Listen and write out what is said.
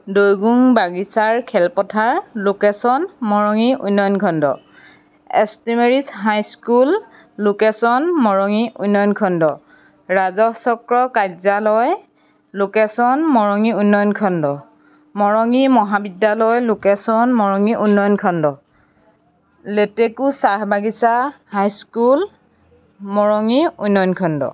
দৈগ্ৰোং বাগিচাৰ খেলপথাৰ লোকেশ্যন মৰঙি উন্নয়ন খণ্ড S T Mary's high school location Morangi উন্নয়ন খণ্ড ৰাজহচক্ৰ কাৰ্যালয় লোকেশ্যন মৰঙি উন্নয়ন খণ্ড মৰঙি মহাবিদ্যালয় লোকেশ্যন মৰঙি উন্নয়ন খণ্ড লেতেকু চাহ বাগিচা হাই স্কুল মৰঙি উন্নয়ন খণ্ড